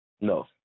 No